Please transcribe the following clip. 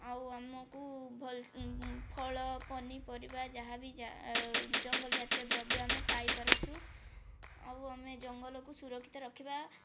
ଆଉ ଆମକୁ ଫଳ ପନିପରିବା ଯାହା ବି ଜଙ୍ଗଲ ଜାତୀୟ ଦ୍ରବ୍ୟ ଆମେ ପାଇପାରୁଛୁ ଆଉ ଆମେ ଜଙ୍ଗଲକୁ ସୁରକ୍ଷିତ ରଖିବା